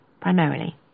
primarily